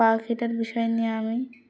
পাখিটার বিষয় নিয়ে আমি